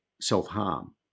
self-harm